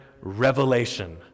revelation